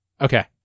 okay